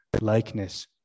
likeness